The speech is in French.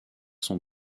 son